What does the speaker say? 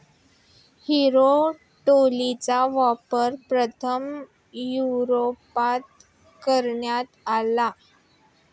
Harrow टूलचा वापर प्रथम युरोपात करण्यात आला